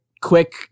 quick